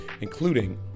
including